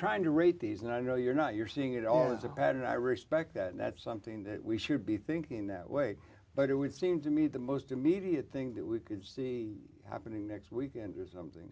trying to rate these and i know you're not you're seeing it all is a pattern i respect that and that's something that we should be thinking that way but it would seem to me the most immediate thing that we could see happening next weekend or something